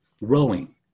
Rowing